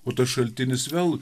o tas šaltinis vėl